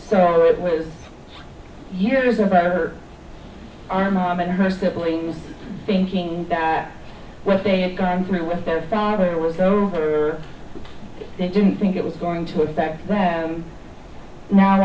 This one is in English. so it was years about or our mom and her siblings thinking that what they had gone through with their father was over they didn't think it was going to affect them now